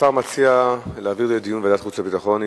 השר מציע להעביר לדיון בוועדת חוץ וביטחון.